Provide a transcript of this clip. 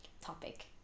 topic